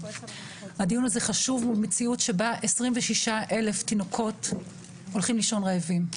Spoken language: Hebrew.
הדיון הזה חשוב במציאות שבה 26,000 תינוקות הולכים לישון רעבים.